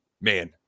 man